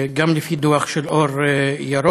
גם לפי דוח של "אור ירוק",